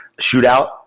shootout